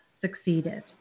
succeeded